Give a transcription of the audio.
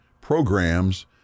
programs